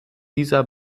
dieser